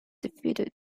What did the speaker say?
defeated